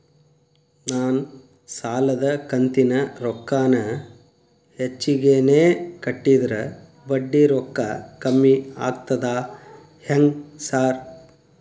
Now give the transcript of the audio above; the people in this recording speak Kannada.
ನಾನ್ ಸಾಲದ ಕಂತಿನ ರೊಕ್ಕಾನ ಹೆಚ್ಚಿಗೆನೇ ಕಟ್ಟಿದ್ರ ಬಡ್ಡಿ ರೊಕ್ಕಾ ಕಮ್ಮಿ ಆಗ್ತದಾ ಹೆಂಗ್ ಸಾರ್?